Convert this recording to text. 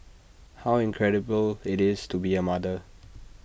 how incredible IT is to be A mother